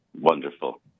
Wonderful